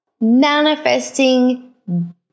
manifesting